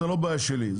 זאת לא בעיה שלי.